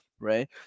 Right